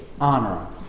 honor